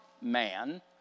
man